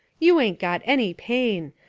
you ain't got any pain.